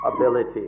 ability